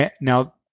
Now